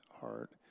heart